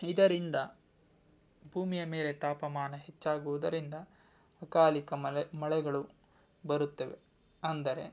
ಇದರಿಂದ ಭೂಮಿಯ ಮೇಲೆ ತಾಪಮಾನ ಹೆಚ್ಚಾಗುವುದರಿಂದ ಅಕಾಲಿಕ ಮಲೆ ಮಳೆಗಳು ಬರುತ್ತವೆ ಅಂದರೆ